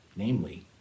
Namely